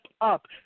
up